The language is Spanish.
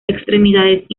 extremidades